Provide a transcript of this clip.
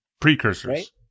Precursors